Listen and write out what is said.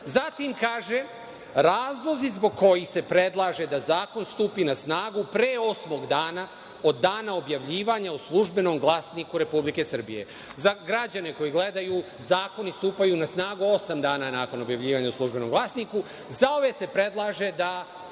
kaže – razlozi zbog kojih se predlaže da zakon stupi na snagu pre osmog dana od dana objavljivanja u „Službenom glasniku RS“. Za građane koji gledaju, zakoni stupaju na snagu osam dana nakon objavljivanja u „Službenom glasniku“, za ove se predlaže da